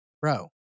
Bro